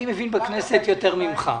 אני מבין בכנסת יותר ממך.